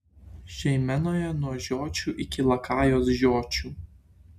žeimenoje nuo žiočių iki lakajos žiočių